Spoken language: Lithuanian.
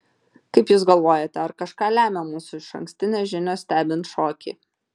kaip jūs galvojate ar kažką lemia mūsų išankstinės žinios stebint šokį